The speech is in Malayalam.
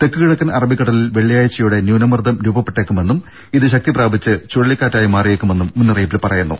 തെക്ക് കിഴക്കൻ അറബിക്കടലിൽ വെള്ളിയാഴ്ചയോടെ ന്യൂനമർദ്ദം രൂപപ്പെട്ടേക്കുമെന്നും ഇത് ശക്തിപ്രാപിച്ച് ചുഴലിക്കാറ്റായി മാറിയേക്കുമെന്നും മുന്നറിയിപ്പിൽ പറയുന്നു